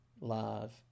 love